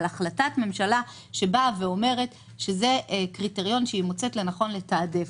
על החלטת ממשלה שאומרת שזה קריטריון שהיא מוצאת לנכון לתעדף.